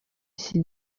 iki